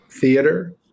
theater